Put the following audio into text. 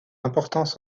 importance